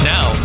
Now